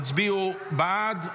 הצביעו בעד,